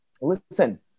listen